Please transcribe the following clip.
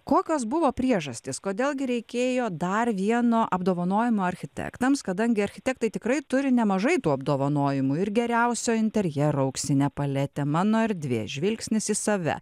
kokios buvo priežastys kodėl gi reikėjo dar vieno apdovanojimo architektams kadangi architektai tikrai turi nemažai tų apdovanojimų ir geriausio interjero auksinę paletę mano erdvė žvilgsnis į save